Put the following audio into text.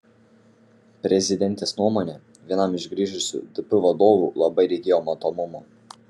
prezidentės nuomone vienam iš grįžusių dp vadovų labai reikėjo matomumo